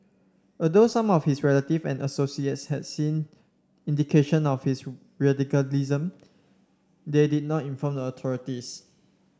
although some of his relatives and associates has seen indications of his radicalism they did not inform the authorities